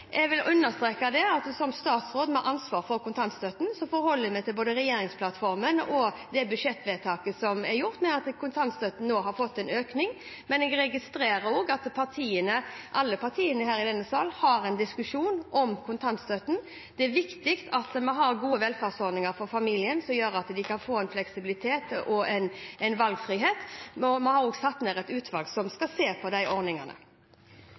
jeg vil understreke at jeg, som statsråd med ansvar for kontantstøtten, forholder meg til både regjeringsplattformen og budsjettvedtaket som er gjort, hvor kontantstøtten har fått en økning. Men jeg registrerer også at alle partiene i denne salen har en diskusjon om kontantstøtten. Det er viktig at vi har gode velferdsordninger for familien, som gjør at de kan få fleksibilitet og valgfrihet. Vi har satt ned et utvalg som skal se på de ordningene.